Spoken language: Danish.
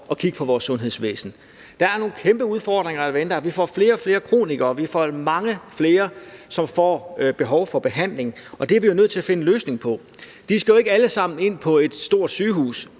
at kigge på vores sundhedsvæsen. Der er nogle kæmpe udfordringer, der venter. Vi får flere og flere kronikere. Vi får mange flere, som får behov for behandling, og det er vi jo nødt til at finde en løsning på. De skal jo ikke alle sammen ind på et stort sygehus,